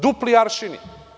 Dupli aršini.